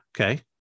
Okay